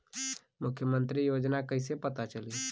मुख्यमंत्री योजना कइसे पता चली?